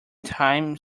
time